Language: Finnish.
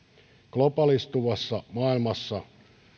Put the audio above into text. globaalistuvassa maailmassa